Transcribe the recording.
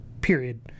period